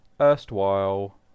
erstwhile